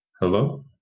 Hello